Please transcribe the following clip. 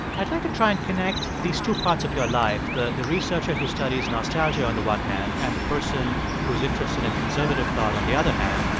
i'd like to try and connect these two parts of your life the the researcher who studies nostalgia, on and the one hand, and the person who's interested in conservative thought, on the other hand.